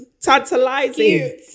tantalizing